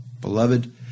Beloved